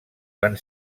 van